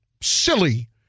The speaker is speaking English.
silly